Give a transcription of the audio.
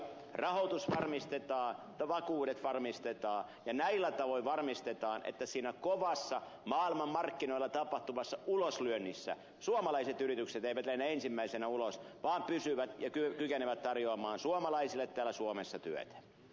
rahoitus varmistetaan vakuudet varmistetaan ja näillä tavoin varmistetaan että siinä kovassa maailman markkinoilla tapahtuvassa uloslyönnissä suomalaiset yritykset eivät lennä ensimmäisenä ulos vaan pysyvät ja kykenevät tarjoamaan suomalaisille täällä suomessa työtä